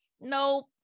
nope